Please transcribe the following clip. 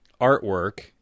artwork